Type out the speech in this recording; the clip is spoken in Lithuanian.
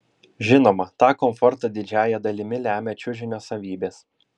žinoma tą komfortą didžiąja dalimi lemia čiužinio savybės